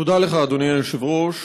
תודה לך, אדוני היושב-ראש.